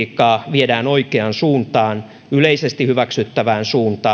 viedään oikeaan suuntaan yleisesti hyväksyttävään suuntaan olen vakuuttunut että